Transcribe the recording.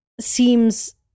seems